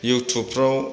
युटुबफोराव